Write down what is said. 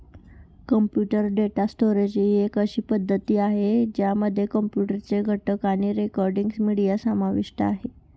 computer data storage एक अशी पद्धती आहे, ज्यामध्ये कॉम्प्युटर चे घटक आणि रेकॉर्डिंग, मीडिया समाविष्ट आहे